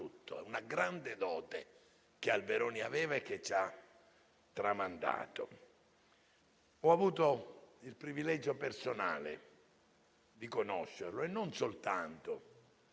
una grande dote, che Alberoni aveva e che ci ha tramandato. Ho avuto il privilegio personale di conoscerlo, non soltanto